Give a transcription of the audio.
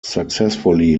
successfully